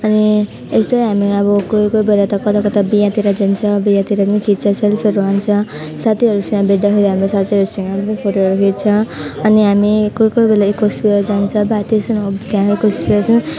यस्तै हामीहरू अब कोही कोही बेला त कता कता बिहातिर जान्छ बिहातिर पनि खिच्छ सेल्फीहरू हान्छ साथीहरूसँग भेट्दाखेरि हाम्रो साथीहरूसँग फोटोहरू खिच्छ अनि हामी कोही कोही बेला इको स्फेयर जान्छ